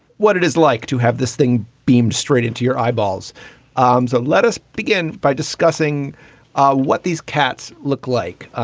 what it is like to have this thing beamed straight into your eyeballs arms. and let us begin by discussing what these cats look like.